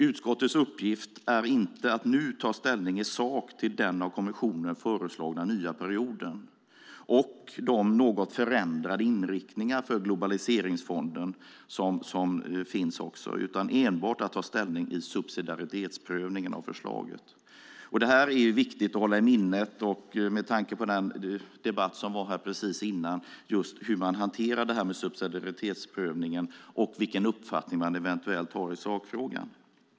Utskottets uppgift är inte att nu ta ställning i sak till den av kommissionen föreslagna nya perioden och de något förändrade inriktningar för globaliseringsfonden som finns, utan enbart att ta ställning till subsidiaritetsprövningen av förslaget. Detta är viktigt att hålla i minnet med tanke på den debatt som fördes här tidigare. Det handlar om hur man hanterar subsidiaritetsprövningen och vilken uppfattning man eventuellt har i sakfrågan.